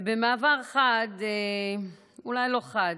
במעבר חד, אולי לא חד,